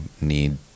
need